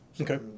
Okay